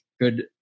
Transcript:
good –